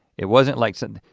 it wasn't like said,